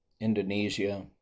Indonesia